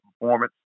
performance